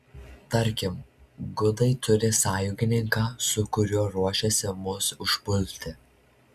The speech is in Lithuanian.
tarkim gudai turi sąjungininką su kuriuo ruošiasi mus užpulti